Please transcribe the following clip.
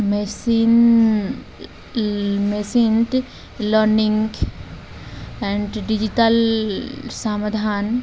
machine machine learning and digital ସମାଧାନ